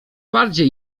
bardziej